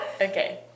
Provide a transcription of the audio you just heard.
Okay